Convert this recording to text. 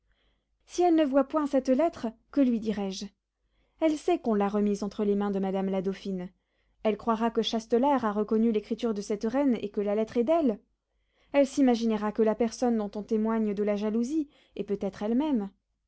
si elle ne voit point cette lettre que lui dirai-je elle sait qu'on l'a remise entre les mains de madame la dauphine elle croira que châtelart a reconnu l'écriture de cette reine et que la lettre est d'elle elle s'imaginera que la personne dont on témoigne de la jalousie est peut-être elle-même